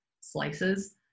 slices